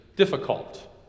Difficult